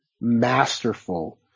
masterful